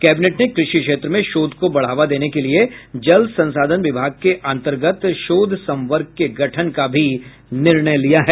cabinet ने कृषि क्षेत्र में शोध को बढ़ावा देने के लिए जल संसाधन विभाग के अंतर्गत शोध संवर्ग के गठन का भी निर्णय लिया है